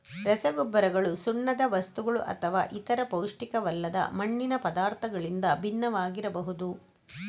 ರಸಗೊಬ್ಬರಗಳು ಸುಣ್ಣದ ವಸ್ತುಗಳುಅಥವಾ ಇತರ ಪೌಷ್ಟಿಕವಲ್ಲದ ಮಣ್ಣಿನ ಪದಾರ್ಥಗಳಿಂದ ಭಿನ್ನವಾಗಿರಬಹುದು